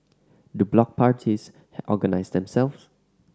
do block parties organise themselves